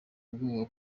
ubwoba